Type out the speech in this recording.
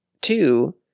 two